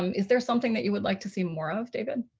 um is there something that you would like to see more of david?